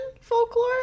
folklore